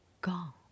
gone